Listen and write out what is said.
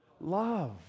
Love